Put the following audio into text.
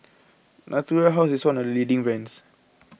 Natura House is one of the leading brands